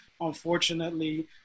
unfortunately